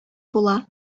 була